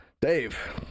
Dave